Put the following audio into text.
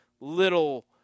little